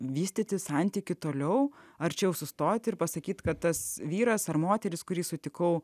vystyti santykį toliau arčiau sustoti ir pasakyti kad tas vyras ar moteris kurį sutikau